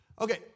Okay